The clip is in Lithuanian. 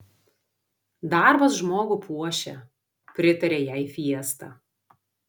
darbas žmogų puošia pritarė jai fiesta